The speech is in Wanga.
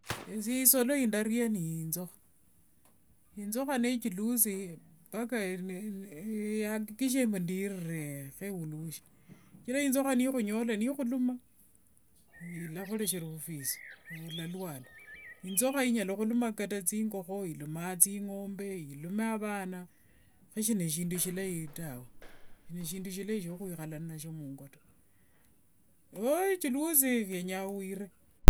Esie isolo yindaria ni injukha. Injukha nichiluthi, mpaka yakikishie mbu ndiire, khembulukhe. Shichira injukha nikhuluma, ilakhurekhera vufwisi, olaluala. Injukha inyala khuluma thingokho, ilumanga thingombe, ilume vana, kho sinishindi shilai tawe. Sinishindi shia khwikhala nashio mungo ta. Nichiluthi ngenyanga wire.